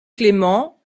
clément